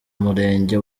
murenge